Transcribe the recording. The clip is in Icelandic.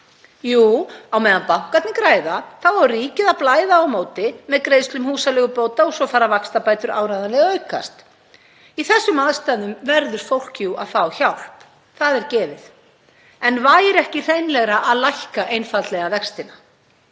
Jú, á meðan bankarnir græða þá er ríkið að blæða á móti með greiðslu húsaleigubóta og svo fara vaxtabætur áreiðanlega að aukast. Í þessum aðstæðum verður fólk jú að fá hjálp, það er gefið. En væri ekki hreinlegra að lækka einfaldlega vextina?